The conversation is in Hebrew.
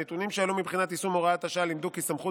הנתונים שעלו מבחינת יישום הוראת השעה לימדו כי סמכות